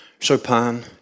Chopin